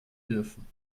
dürfen